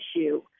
issue